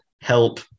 help